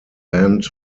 banned